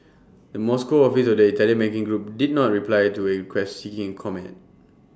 the Moscow office of the Italian banking group did not reply to A request seeking comment